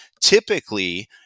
typically